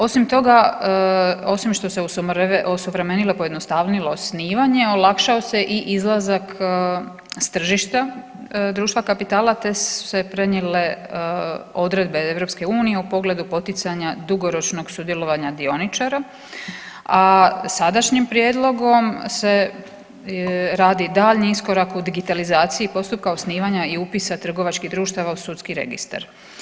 Osim toga osim što se osuvremenilo, pojednostavnilo osnivanje olakšao se i izlazak s tržišta društva kapitala te su se prenijele odredbe EU u pogledu poticanja dugoročnog sudjelovanja dioničara, a sadašnjim prijedlogom se radi daljnji iskorak u digitalizaciji postupka osnivanja i upisa trgovačkih društava u Sudski registar.